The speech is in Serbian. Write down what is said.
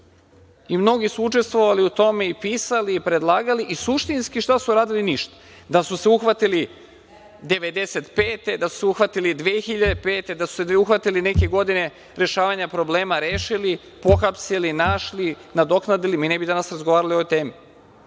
Mnogi su učestvovali u tome i pisali i predlagali i suštinski šta su radili? Ništa. Da su se uhvatili 1995. godine, da su uhvatili 2005. godine, da su se uhvatili neke godine rešavanja problema – rešili, pohapsili, našli, nadoknadili, mi ne bi danas razgovarali o ovoj